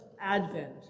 advent